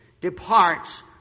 departs